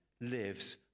lives